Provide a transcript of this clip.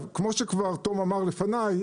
כמו שכבר תום אמר לפניי,